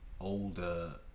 older